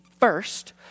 First